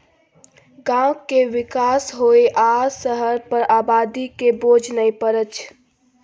गांव के विकास होइ आ शहर पर आबादी के बोझ नइ परइ